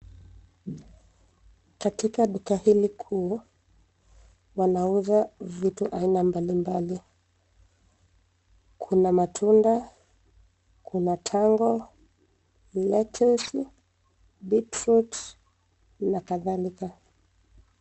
Katika duka hili kuu, wanauza vitu aina mbalimbali. Kuna matunda, kuna tango, lettuce, beetroot na kadhalika.